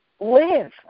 live